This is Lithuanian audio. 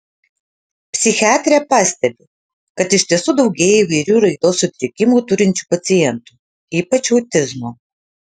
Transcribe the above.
psichiatrė pastebi kad iš tiesų daugėja įvairių raidos sutrikimų turinčių pacientų ypač autizmo